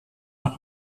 nach